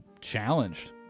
challenged